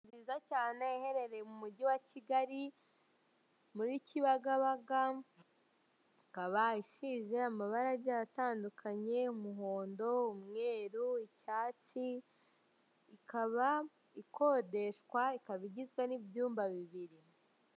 Inzu nziza cyane iherereye mu mugi wa Kigali muri Kibagabaga, ikaba isize amabara agiye atandukanye umuhondo, umweru, icyatsi, ikaba ikodeshwa ikaba igizwe n'ibyumba bibiri.